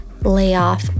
Layoff